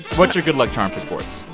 what's your good luck charm for sports,